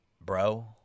Bro